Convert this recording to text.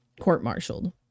court-martialed